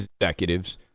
executives